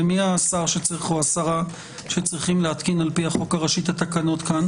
ומי השר או השרה שצריכים להתקין על פי החוק הראשי את התקנות כאן?